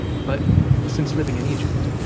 but since living in egypt,